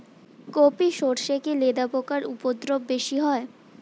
কোপ ই সরষে কি লেদা পোকার উপদ্রব বেশি হয়?